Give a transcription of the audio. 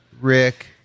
Rick